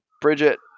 Bridget